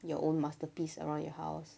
you own masterpiece around your house